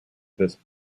this